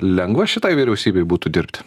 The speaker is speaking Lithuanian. lengva šitai vyriausybei būtų dirbt